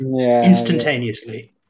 instantaneously